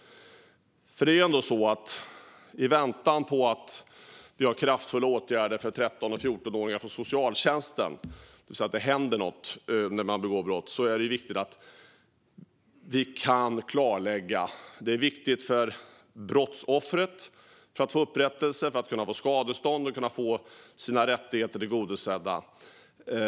I väntan på att det vidtas kraftfulla åtgärder för 13-14-åringar från socialtjänsten, det vill säga att det händer någonting när man begår brott, är det viktigt att vi kan klarlägga. Det är viktigt för att brottsoffret ska kunna få upprättelse, kunna få skadestånd och kunna få sina rättigheter tillgodosedda.